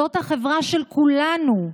זאת החברה של כולנו,